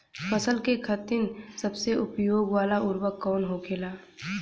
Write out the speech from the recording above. फसल के खातिन सबसे उपयोग वाला उर्वरक कवन होखेला?